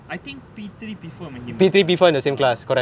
I think P three P four he in my class ah